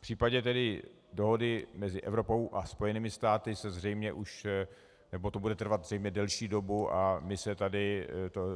V případě tedy dohody mezi Evropou a Spojenými státy se zřejmě už nebo to bude trvat zřejmě delší dobu a my se tady